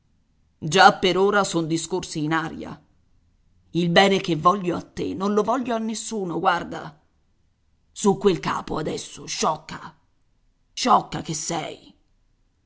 già per ora son discorsi in aria il bene che voglio a te non lo voglio a nessuno guarda su quel capo adesso sciocca sciocca che sei